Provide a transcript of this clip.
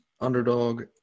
underdog